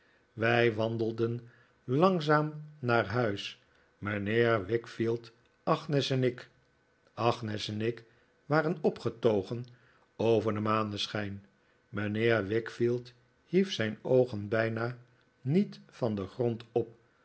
wij wandelden langzaam naar huis mijnheer wickfield agnes en ik agnes en ik waren opgetogen over den maneschijn mijnheer wickfield hief zijn oogen bijna niet van den grond op